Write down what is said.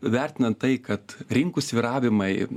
vertinant tai kad rinkų svyravimai